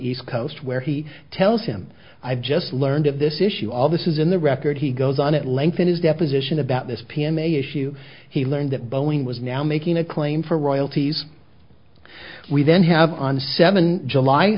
east coast where he tells him i've just learned of this issue all this is in the record he goes on at length in his deposition about this p m a issue he learned that boeing was now making a claim for royalties we then have on the seven july